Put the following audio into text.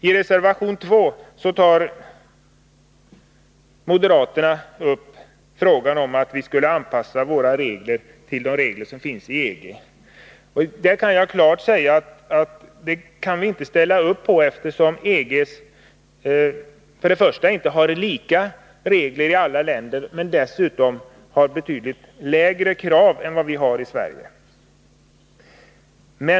I reservation 2 tar moderaterna upp frågan om att anpassa våra bilavgasregler till de regler som finns inom EG. Jag vill klart säga att vi inte kan ställa upp på det förslaget, eftersom EG för det första inte har lika regler i alla länder och för det andra har betydligt lägre krav än vi har i Sverige.